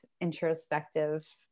introspective